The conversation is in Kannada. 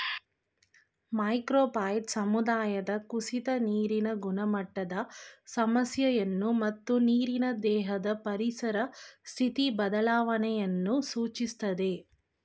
ಮ್ಯಾಕ್ರೋಫೈಟ್ ಸಮುದಾಯದ ಕುಸಿತ ನೀರಿನ ಗುಣಮಟ್ಟದ ಸಮಸ್ಯೆಯನ್ನು ಮತ್ತು ನೀರಿನ ದೇಹದ ಪರಿಸರ ಸ್ಥಿತಿ ಬದಲಾವಣೆಯನ್ನು ಸೂಚಿಸ್ತದೆ